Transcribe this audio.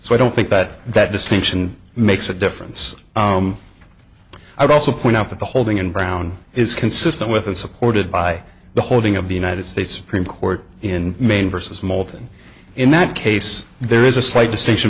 so i don't think that that distinction makes a difference i also point out that the holding in brown is consistent with and supported by the holding of the united states supreme court in maine versus moulton in that case there is a slight distinction